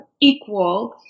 equal